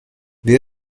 wer